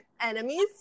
enemies